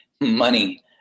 Money